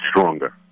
stronger